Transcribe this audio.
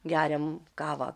geriam kavą